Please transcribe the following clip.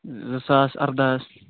زٕ ساس اردَہ حظ